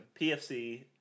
PFC